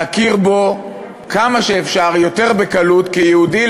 נכיר בו כמה שאפשר יותר בקלות כיהודי,